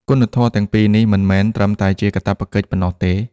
គុណធម៌ទាំងពីរនេះ មិនមែនត្រឹមតែជាកាតព្វកិច្ចប៉ុណ្ណោះទេ។